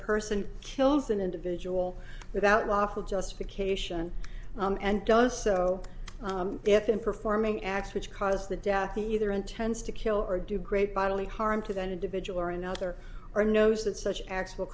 person kills an individual without lawful justification and does so if in performing acts which cause the death either intends to kill or do great bodily harm to that individual or another or knows that such act